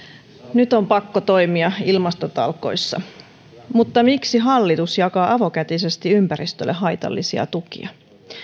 nyt on pakko toimia ilmastotalkoissa mutta miksi hallitus jakaa avokätisesti ympäristölle haitallisia tukia